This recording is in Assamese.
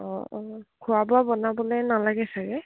অঁ অঁ খোৱা বোৱা বনাবলৈ নালাগে ছাগে